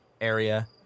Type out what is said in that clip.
area